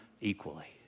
equally